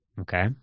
Okay